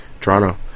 Toronto